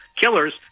killers